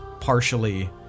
partially